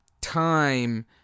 time